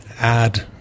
add